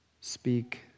speak